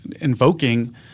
invoking